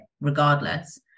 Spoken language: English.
regardless